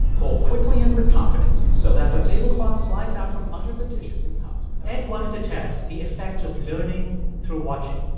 pull quickly and with confidence so that the tablecloth slides out from under the dishes and cups without. ed wanted to test the effects of learning through watching.